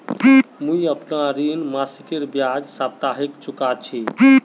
मुईअपना ऋण मासिकेर बजाय साप्ताहिक चुका ही